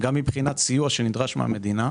גם מבחינת סיוע שנדרש מהמדינה,